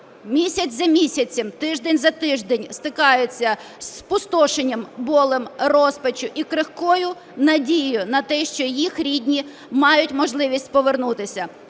місяць за місяцем, тиждень за тижнем стикаються зі спустошенням, болем, розпачем і крихкою надією на те, що їх рідні мають можливість повернутися.